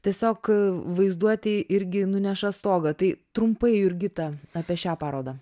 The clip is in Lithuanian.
tiesiog vaizduotei irgi nuneša stogą tai trumpai jurgita apie šią parodą